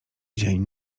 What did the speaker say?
dzień